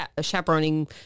chaperoning